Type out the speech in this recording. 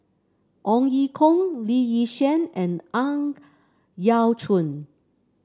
Ong Ye Kung Lee Yi Shyan and Ang Yau Choon